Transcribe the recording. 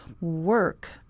work